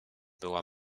była